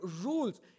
rules